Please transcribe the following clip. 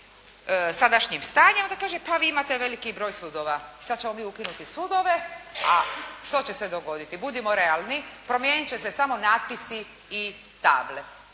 sadašnjim stanjem, onda kaže pa vi imate veliki broj sudova, sada ćemo mi ukinuti sudove, a što će se dogoditi, budimo realni, promijeniti će se samo natpisi i table,